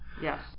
Yes